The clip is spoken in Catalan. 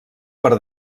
per